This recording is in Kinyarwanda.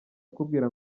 akubwira